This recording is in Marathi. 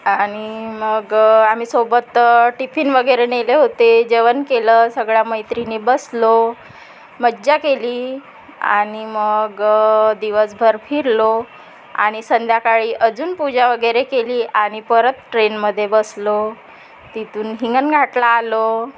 आणि मग आम्ही सोबत टिफिन वगैरे नेले होते जेवण केलं सगळ्या मैत्रिणी बसलो मज्जा केली आणि मग दिवसभर फिरलो आणि संध्याकाळी अजून पूजा वगैरे केली आणि परत ट्रेनमध्ये बसलो तिथून हिंगणघाटला आलो